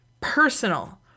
personal